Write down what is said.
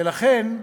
ולכן,